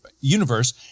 Universe